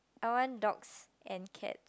I want dogs and cats